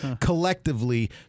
collectively